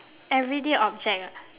everyday object ah